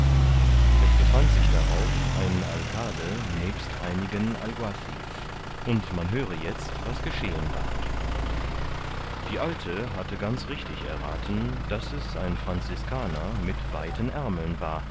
es befand sich darauf ein alcade nebst einigen alguazil's und man höre jetzt was geschehen war die alte hatte ganz richtig errathen daß es ein franziskaner mit weiten aermeln war